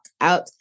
out